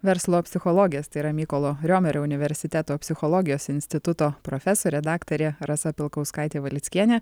verslo psichologės tai yra mykolo riomerio universiteto psichologijos instituto profesorė daktarė rasa pilkauskaitė valickienė